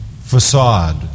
facade